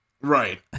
Right